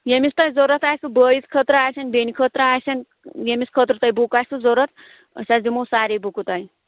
ییٚمِس تۄہہِ ضروٗرت آسہِ بٲیِس خٲطرٕ آسن بیٚنہِ خٲطرٕ آسن ییٚمِس خٲطرٕ تۄہہِ بُک آسوٕ ضروٗرت أسۍ حظ دِمَہو ساریٚے بُکہٕ تۄہہِ